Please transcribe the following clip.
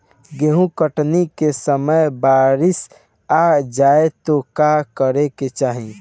गेहुँ कटनी के समय बारीस आ जाए तो का करे के चाही?